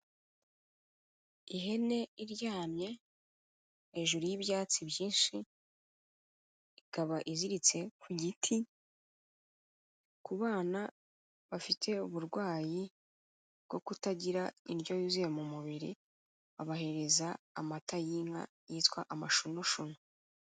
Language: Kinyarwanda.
Ihene iryamye hejuru y'ibyatsi byinshi, ikaba iziritse ku giti, ku bana bafite uburwayi bwo kutagira indyo yuzuye mu mubiri babahereza amata y'inka yitwa amashunushunu.